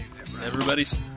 Everybody's